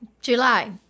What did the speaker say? july